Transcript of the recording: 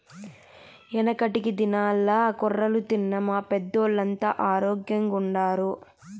యెనకటి దినాల్ల కొర్రలు తిన్న మా పెద్దోల్లంతా ఆరోగ్గెంగుండారు